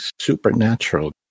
supernatural